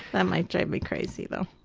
that might drive me crazy, though.